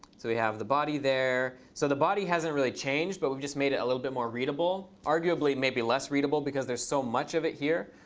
so we have the body there. so the body hasn't really changed, but we've just made it a little bit more readable. arguably, maybe less readable, because there's so much of it here.